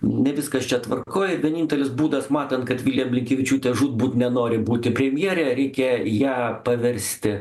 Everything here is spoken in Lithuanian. ne viskas čia tvarkoj vienintelis būdas matant kad vilija blinkevičiūtė žūtbūt nenori būti premjere reikia ją paversti